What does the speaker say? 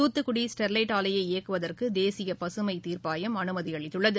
தூத்துக்குடி ஸ்டெர்லைட் ஆலையை இயக்குவதற்கு தேசிய பகமைத்தீர்பாயம் அனுமதி அளித்துள்ளது